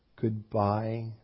Goodbye